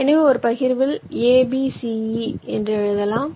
எனவே ஒரு பகிர்வை a b c e என்று எழுதலாம்